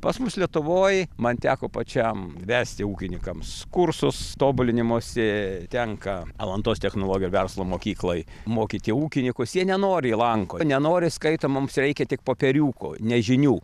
pas mus lietuvoj man teko pačiam vesti ūkinykams kursus tobulinimosi tenka alantos technologijų verslo mokyklai mokyti ūkinykus jie nenoriai lanko nenori skaito mums reikia tik popieriuko ne žinių